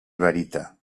barita